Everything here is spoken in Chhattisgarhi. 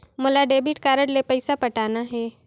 मोला डेबिट कारड ले पइसा पटाना हे?